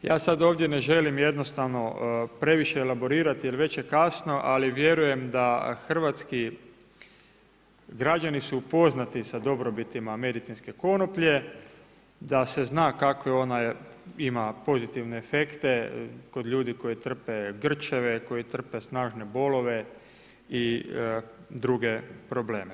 Ja sad ovdje ne želim jednostavno previše elaborirati jer već je kasno, ali vjerujem da hrvatski građani su upoznati sa dobrobitima medicinske konoplje, da se zna kako ona ima pozitivne efekte kod ljudi koji trpe grčeve, koji trpe snažne bolove i druge probleme.